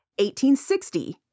1860